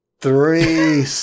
Three